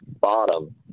bottom